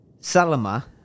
Salama